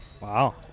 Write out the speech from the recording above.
wow